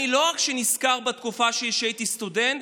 לא רק שאני נזכר בתקופה שהייתי סטודנט,